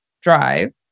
drive